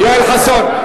יואל חסון,